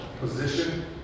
position